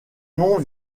nom